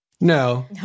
no